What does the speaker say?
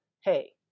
hey